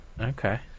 okay